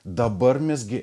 dabar mes gi